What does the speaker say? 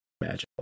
magical